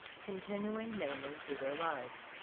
continuing mainly through their lives.